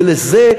וזה,